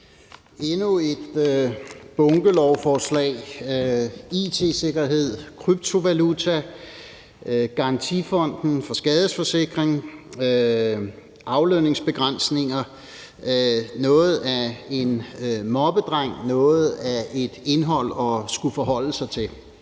endnu et bunkelovforslag: It-sikkerhed, kryptovaluta, Garantifonden for skadesforsikring, aflønningsbegrænsninger. Det er noget af en moppedreng, noget af et indhold at skulle forholde sig til.